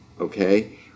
Okay